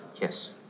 Yes